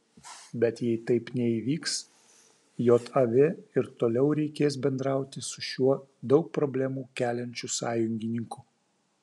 bet jei taip neįvyks jav ir toliau reikės bendrauti su šiuo daug problemų keliančiu sąjungininku